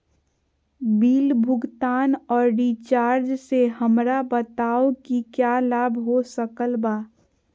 Bill भुगतान और recharge से हमरा बताओ कि क्या लाभ हो सकल बा?